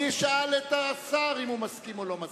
אני אשאל את השר אם הוא מסכים או לא מסכים.